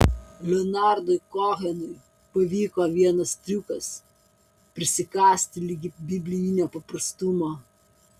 leonardui kohenui pavyko vienas triukas prisikasti ligi biblinio paprastumo